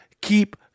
keep